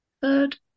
third